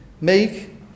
Make